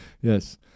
Yes